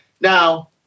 Now